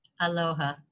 Aloha